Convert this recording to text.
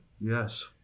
Yes